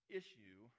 issue